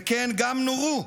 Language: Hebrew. וכן, גם נורו,